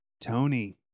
Tony